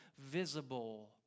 visible